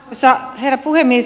arvoisa herra puhemies